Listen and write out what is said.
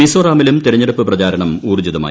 മിസോറാമിലും തിരഞ്ഞടുപ്പ് പ്രചാരണം ഊർജിതമായി